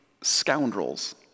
scoundrels